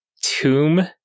tomb